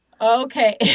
Okay